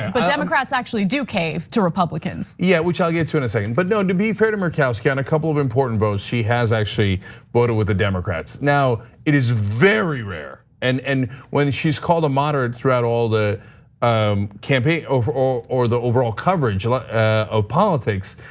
but democrats actually do cave to republicans. yeah, which i'll get to in a second. but n, to be fair to murkowski, on a couple of important votes, she has actually voted with the democrats. now, it is very rare and. and when she's called a modern throughout all the um campaign or the overall coverage like of politics,